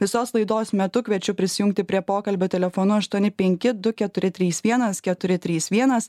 visos laidos metu kviečiu prisijungti prie pokalbio telefonu aštuoni penki du keturi trys vienas keturi trys vienas